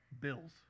bills